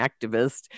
activist